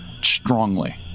strongly